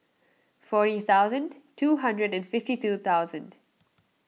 four thousand two hundred and fifty two thousand